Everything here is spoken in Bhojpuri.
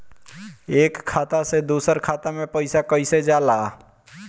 एक खाता से दूसर खाता मे पैसा कईसे जाला?